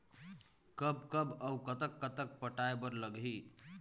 कब कब अऊ कतक कतक पटाए बर लगही